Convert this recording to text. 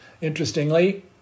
Interestingly